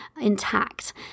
intact